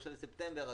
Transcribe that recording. ה-1 בספטמבר,